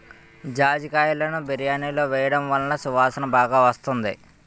జాజికాయలును బిర్యానిలో వేయడం వలన సువాసన బాగా వస్తుంది